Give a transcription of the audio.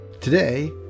Today